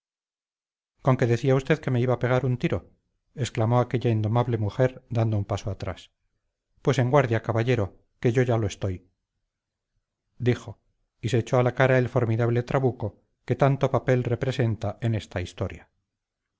conque decía usted que me iba a pegar un tiro exclamó aquella indomable mujer dando un paso atrás pues en guardia caballero que yo ya lo estoy dijo y se echó a la cara el formidable trabuco que tanto papel representa en esta historia